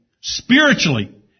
spiritually